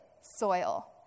soil